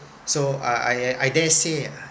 so I I I dare say